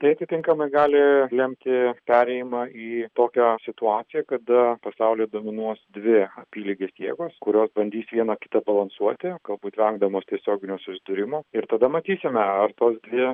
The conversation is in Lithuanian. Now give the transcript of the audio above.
tai atitinkamai gali lemti perėjimą į tokią situaciją kada pasaulyje dominuos dvi apylygės jėgos kurios bandys viena kitą balansuoti galbūt vengdamos tiesioginio susidūrimo ir tada matysime ar tos dvi